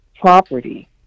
property